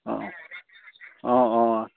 অঁ অঁ অঁ অঁ